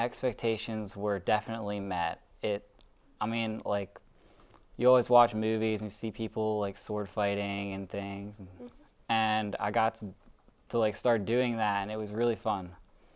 expectations were definitely met i mean like you always watch movies and see people like sword fighting and things and i got to like start doing that and it was really fun